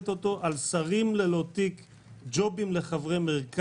להקים איתך את קואליציית הימין מלא מלא,